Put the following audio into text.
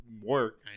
work